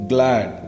Glad